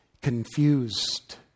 confused